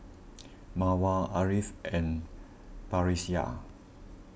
Mawar Ariff and Batrisya